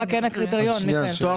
מה כן הקריטריון, מיכאל?